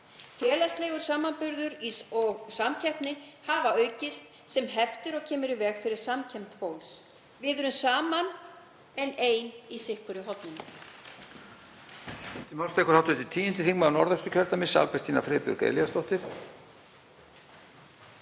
Félagslegur samanburður og samkeppni hafa aukist, sem heftir og kemur í veg fyrir samkennd fólks. Við erum saman en ein hvert í sínu